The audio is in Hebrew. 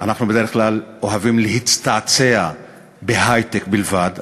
אנחנו בדרך כלל אוהבים להצטעצע בהיי-טק בלבד,